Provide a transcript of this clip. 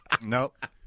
Nope